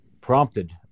prompted